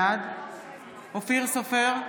בעד אופיר סופר,